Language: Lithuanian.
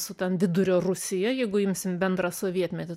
su ten vidurio rusija jeigu imsim bendrą sovietmetį